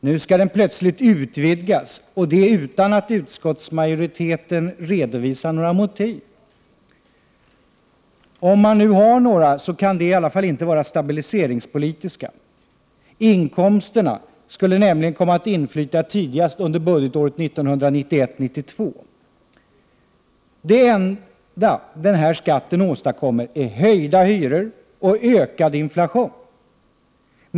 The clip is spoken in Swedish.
Nu skall den plötsligt utvidgas, och det utan att utskottsmajoriteten redovisar några motiv. Om man nu har några kan de i varje fall inte vara stabiliseringspolitiska. Inkomsterna skulle nämligen komma att inflyta tidigast under budgetåret 1991/92. Det enda denna skatt åstadkommer är höjda hyror och ökad inflation.